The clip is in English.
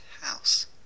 house